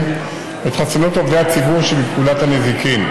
את חסינות עובדי הציבור שבפקודת הנזיקין.